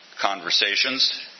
conversations